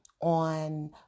on